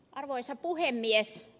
arvoisa puhemies